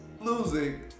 losing